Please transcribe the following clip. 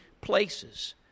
places